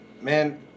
Man